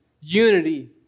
unity